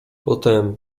potem